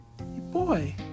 Boy